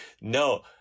No